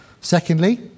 Secondly